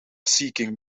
seeking